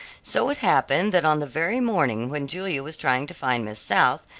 so it happened that on the very morning when julia was trying to find miss south,